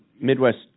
Midwest